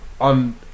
On